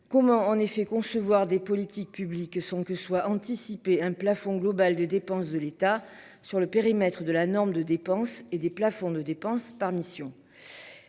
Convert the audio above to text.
Comment en effet concevoir des politiques publiques sont que soit anticiper un plafond global des dépenses de l'État sur le périmètre de la norme de dépenses et des plafonds de dépenses par mission.